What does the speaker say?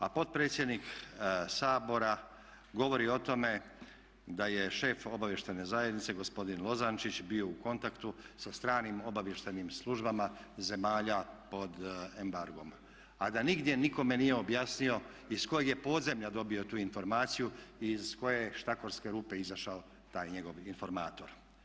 A potpredsjednik Sabora govori o tome da je šef obavještajne zajednice gospodin Lozančić bio u kontaktu sa stranim obavještajnim službama zemalja pod embargom a da nigdje nikome nije objasnio iz kojeg je podzemlja dobio tu informaciju, iz koje je štakorske rupe izašao taj njegov informator.